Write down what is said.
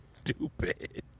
stupid